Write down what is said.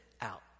out